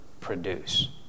produce